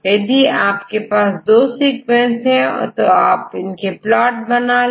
तो यदि आपके पास दो सीक्वेंस है आप इनके प्लॉट बना ले